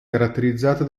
caratterizzata